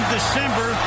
December